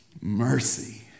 Mercy